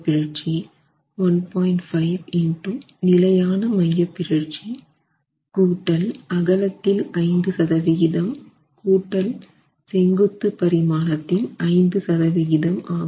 5 X நிலையான மையப்பிறழ்ச்சி அகலத்தில் 5 சதவீதம் செங்குத்து பரிமாணத்தின் 5 சதவிகிதம் ஆகும்